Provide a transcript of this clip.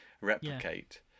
replicate